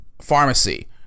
pharmacy